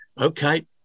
Okay